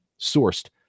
sourced